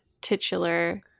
titular